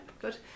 good